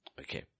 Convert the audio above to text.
Okay